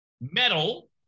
metal